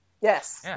Yes